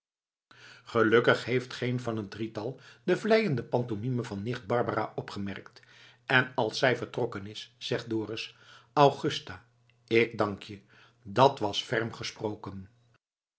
gelukkig heeft geen van t drietal de vleiende pantomine van nicht barbara opgemerkt en als zij vertrokken is zegt dorus augusta ik dank je dat was ferm gesproken